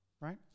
right